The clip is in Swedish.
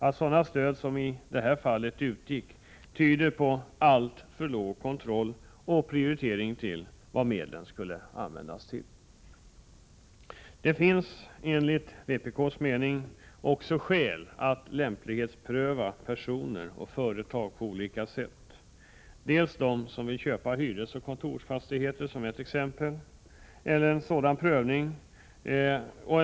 Att sådana stöd som i det fallet utgick kan förekomma tyder på alltför låg kontroll och prioritering av vad medlen skall användas till. Det finns, enligt vpk:s mening, också skäl att lämplighetspröva personer och företag på olika sätt. Det gäller t.ex. personer som vill köpa hyresoch kontorsfastigheter.